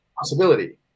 possibility